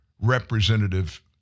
representative